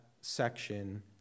section